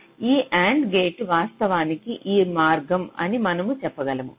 కాబట్టి ఈ AND gate వాస్తవానికి ఈ మార్గం అని మనము చెప్పగలము